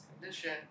condition